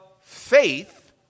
faith